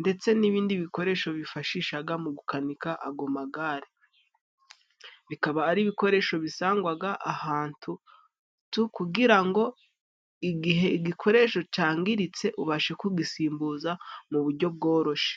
ndetse n'ibindi bikoresho bifashishaga mu gukanika ago magare, bikaba ari ibikoresho bisangwaga ahantu tu kugira ngo igihe igikoresho cyangiritse ubashe kugisimbuza mu buryo bworoshe.